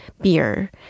beer